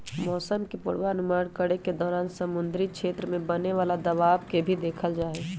मौसम के पूर्वानुमान करे के दौरान समुद्री क्षेत्र में बने वाला दबाव के भी देखल जाहई